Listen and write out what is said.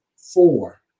four